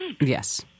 Yes